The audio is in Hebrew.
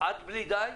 עד בלי די,